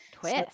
Twist